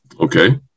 Okay